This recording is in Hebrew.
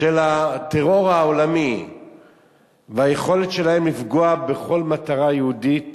של הטרור העולמי והיכולת שלהם לפגוע בכל מטרה יהודית